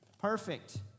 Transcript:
Perfect